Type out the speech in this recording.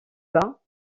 bas